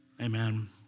Amen